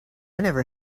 never